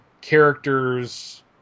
characters